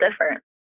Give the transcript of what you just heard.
different